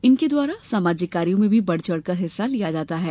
इनके द्वारा सामाजिक कार्यों में भी बढ़ चढ़ कर हिस्सा लिया जाता है